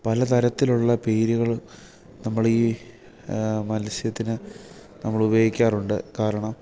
പല തരത്തിലുള്ള പേരുകൾ നമ്മൾ ഈ മത്സ്യത്തിന് നമ്മൾ ഉയോഗിക്കാറുണ്ട് കാരണം